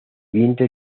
vientre